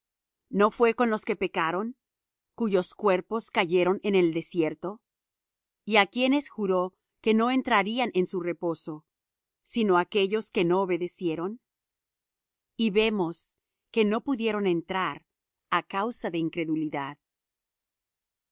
no fué con los que pecaron cuyos cuerpos cayeron en el desierto y á quiénes juró que no entrarían en su reposo sino á aquellos que no obedecieron y vemos que no pudieron entrar á causa de incredulidad